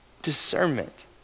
discernment